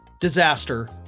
disaster